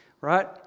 right